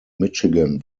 michigan